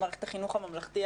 ממערכת החינוך הממלכתי-הערבי.